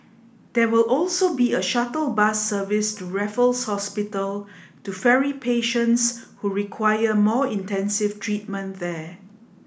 there will also be a shuttle bus service to Raffles Hospital to ferry patients who require more intensive treatment there